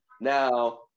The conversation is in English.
Now